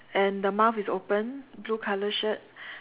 and the mouth is open blue color shirt